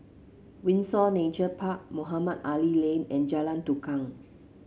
Windsor Nature Park Mohamed Ali Lane and Jalan Tukang